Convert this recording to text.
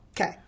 Okay